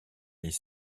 les